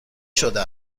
شده